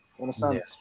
understand